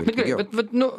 tai gerai bet vat nu